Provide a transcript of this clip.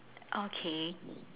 okay